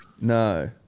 No